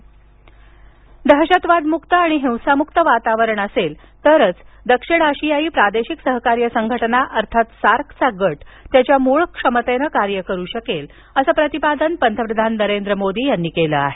SAARC पंतप्रधान दहशतवादमुक्त आणि हिंसामुक्त वातावरण असेल तरच दक्षिण आशियायी प्रादेशिक सहकार्य संघटना अर्थात सार्कचा गट त्याच्या मूळ क्षमतेने कार्य करू शकेल असं प्रतिपादन पंतप्रधान नरेंद्र मोदी यांनी केलं आहे